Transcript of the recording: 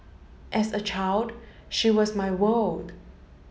as a child she was my world